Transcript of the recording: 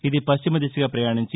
ఇది పశ్చిమ దిశగా ప్రయాణించి